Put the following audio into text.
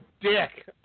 dick